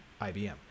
IBM